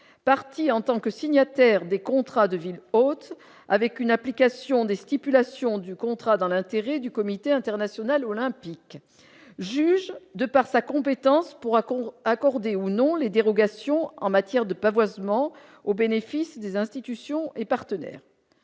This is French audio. parti en tant que signataire des contrats de ville hôte avec une application des stipulations du contrat dans l'intérêt du comité international olympique, juge de par sa compétence pour accomplir accorder ou non les dérogations en matière de pavoisement au bénéfice des institutions et partenaire